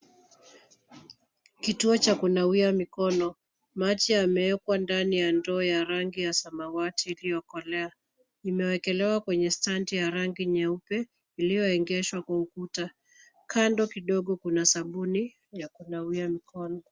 Kituo cha kunawia mikono. Maji yamewekwa ndani ya ndoo ya rangi ya samawati iliyokolea. Imewekelewa kwenye stand ya rangi nyeupe iliyoegeshwa kwa ukuta. Kando kidogo kuna sabuni ya kunawia mikono.